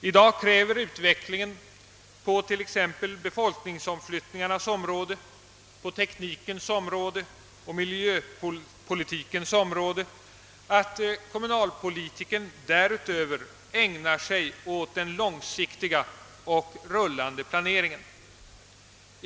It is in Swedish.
I dag kräver utvecklingen på t.ex. befolkningsomflyttningarnas område, på teknikens område och miljöpolitikens område att kommunalpolitikern därutöver ägnar sig åt den långsiktiga och rullande planeringen.